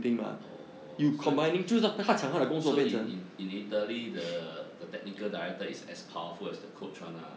oh so so i~ in in italy the the technical director is as path who as the coach [one] lah